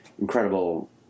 incredible